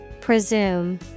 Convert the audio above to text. Presume